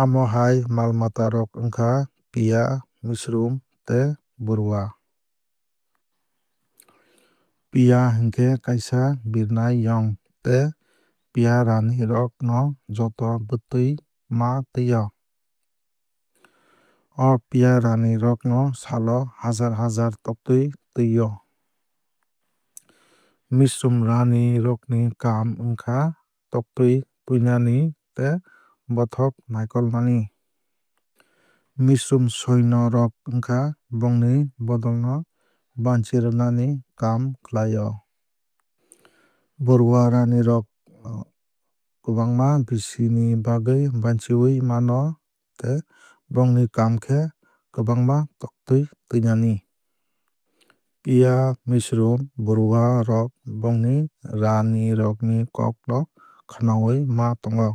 Amo hai mal mata rok wngkha piya misroom tei buruwa. Piya hinkhe kaisa birnai yong tei piya raani rok no joto bwtwui ma tui o. O piya raani rok sal o haazaar haazaar toktwui tui o. Misroom raani rok ni kaam wngkha toktwui tuinani tei bothop naikolnani. Misroom soino rok wngkha bongni bodol no banchirwnani kaam khlai o. Buruwa raani rok kwbangma bisi ni bagwui banchiwui mano tei bongni kaam khe kwbangma toktwui tuinani. Piya misroom buruwa rok bongni raani rok ni kok no khwnawui ma tongo.